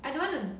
I don't want to